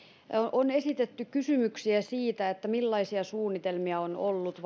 on esitetty kysymyksiä siitä millaisia suunnitelmia on ollut